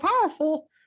powerful